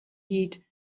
heed